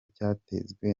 cyatezwe